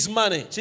money